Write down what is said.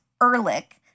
Ehrlich